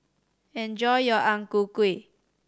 enjoy your Ang Ku Kueh